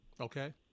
Okay